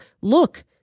Look